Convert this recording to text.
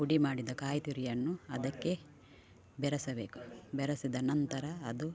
ಪುಡಿಮಾಡಿದ ಕಾಯಿತುರಿಯನ್ನು ಅದಕ್ಕೆ ಬೆರಸಬೇಕು ಬೆರಸಿದ ನಂತರ ಅದು